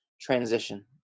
transition